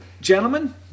Gentlemen